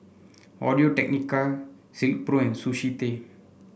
Audio Technica Silkpro and Sushi Tei